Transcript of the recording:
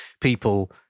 people